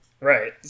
Right